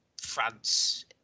France